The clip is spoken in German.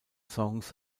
songs